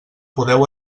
podeu